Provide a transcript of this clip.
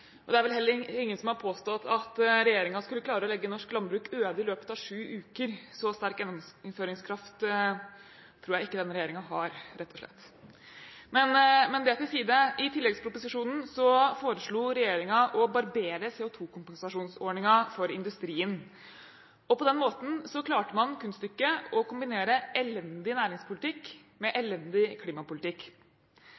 sammenbrudd. Det er vel heller ingen som har påstått at regjeringen skulle klare å legge norsk landbruk øde i løpet av sju uker – så sterk gjennomføringskraft tror jeg ikke denne regjeringen har, rett og slett. Men det til side. I tilleggsproposisjonen foreslo regjeringen å barbere CO2-kompensasjonsordningen for industrien. På den måten klarte man det kunststykket å kombinere elendig næringspolitikk med